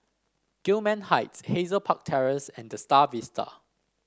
Gillman Heights Hazel Park Terrace and The Star Vista